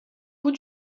bout